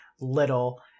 little